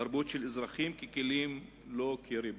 תרבות של אזרחים ככלים, לא כריבון.